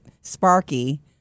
sparky